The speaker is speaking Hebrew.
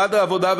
משרד העבודה,